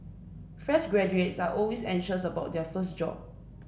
fresh graduates are always anxious about their first job